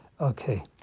okay